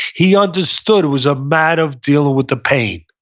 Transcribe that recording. he understood it was a matter of dealing with the pain.